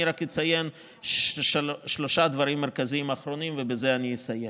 אני רק אציין שלושה דברים מרכזיים אחרונים ובזה אסיים: